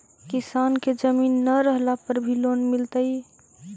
किसान के जमीन न रहला पर भी लोन मिलतइ?